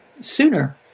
sooner